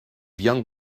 young